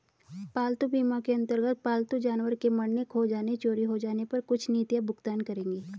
पालतू बीमा के अंतर्गत पालतू जानवर के मरने, खो जाने, चोरी हो जाने पर कुछ नीतियां भुगतान करेंगी